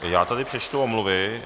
Já tady přečtu omluvy.